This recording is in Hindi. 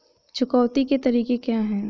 चुकौती के तरीके क्या हैं?